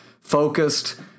focused